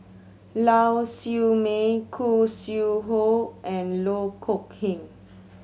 Lau Siew Mei Khoo Sui Hoe and Loh Kok Heng